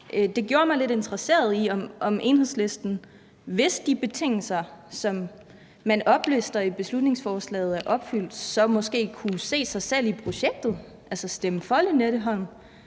det gjorde mig lidt interesseret i, om Enhedslisten, hvis de betingelser, som man oplister i beslutningsforslaget, er opfyldt, så måske kunne se sig selv i projektet, altså stemme for Lynetteholm.